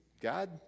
God